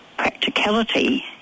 Practicality